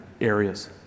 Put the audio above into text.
areas